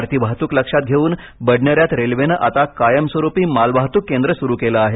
वाढती वाहतुक लक्षात घेऊन बडनेर्या त रेल्वेनं आता कायमस्वरुपी मालवाहतुक केंद्र सुरू केलं आहे